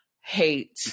hate